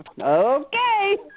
Okay